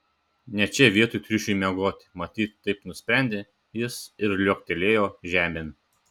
ne čia vieta triušiui miegoti matyt taip nusprendė jis ir liuoktelėjo žemėn